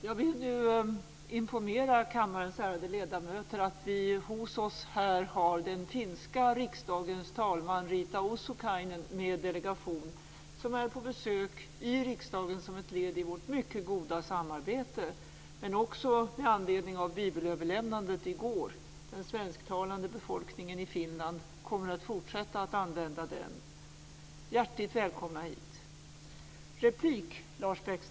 Jag vill nu informera kammarens ärade ledamöter om att vi hos oss här har den finska riksdagens talman Riitta Uosukainen med delegation som är på besök i riksdagen som ett led i vårt mycket goda samarbete men också med anledning av bibelöverlämnandet i går. Den svensktalande befolkningen i Finland kommer att fortsätta att använda bibeln. Hjärtligt välkomna hit!